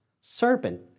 serpent